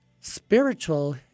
Spiritual